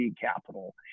capital